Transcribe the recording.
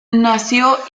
nació